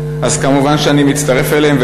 כמובן שאני מצטרף אליהן,